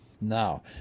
Now